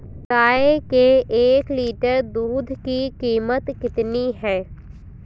गाय के एक लीटर दूध की कीमत कितनी है?